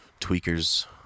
tweakers